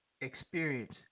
experience